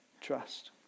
trust